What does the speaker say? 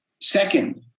Second